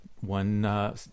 one